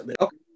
Okay